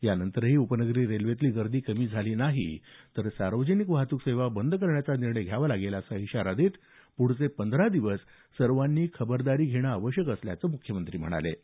या नंतरही उपनगरी रेल्वेतली गर्दी कमी झाली नाही तर सार्वजनिक वाहतूक सेवा बंद करण्याचा निर्णय घ्यावा लागेल असा इशाराही देत पुढचे पंधरा दिवस खबरदारी घेणं आवश्यक असल्याचं मुख्यमंत्र्यांनी म्हटलं आहे